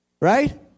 Right